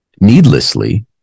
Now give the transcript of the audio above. needlessly